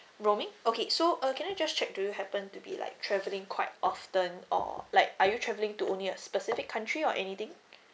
roaming okay so uh can I just check do you happen to be like traveling quite often or like are you travelling to only a specific country or anything